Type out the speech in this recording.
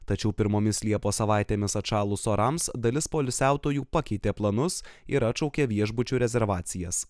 tačiau pirmomis liepos savaitėmis atšalus orams dalis poilsiautojų pakeitė planus ir atšaukė viešbučių rezervacijas